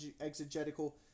exegetical